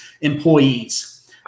employees